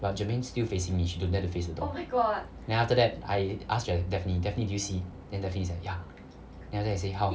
but germaine still facing me she don't dare to face the door then after that I ask gen~ daphne daphne did you see then daphne is like ya then after that I say how